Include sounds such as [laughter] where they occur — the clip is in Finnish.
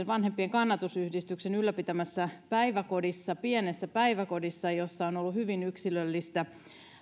[unintelligible] vanhempien kannatusyhdistyksen ylläpitämässä päiväkodissa pienessä päiväkodissa jossa on ollut hyvin yksilöllistä